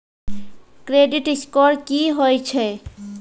Credit score की होय छै?